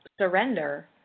surrender